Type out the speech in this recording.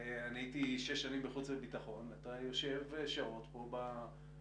אני הייתי שש שנים בחוץ וביטחון אתה יושב שעות פה בחדרים.